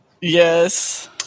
Yes